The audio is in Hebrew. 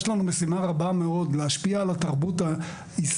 יש לנו משימה גדולה מאוד: להשפיע על התרבות הישראלית,